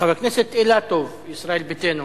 חבר הכנסת אילטוב, ישראל ביתנו.